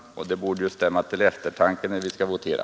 Det borde ju stämma till eftertanke när vi skall votera.